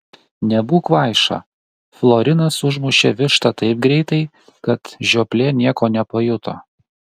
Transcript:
nebūk kvaiša florinas užmušė vištą taip greitai kad žioplė nieko nepajuto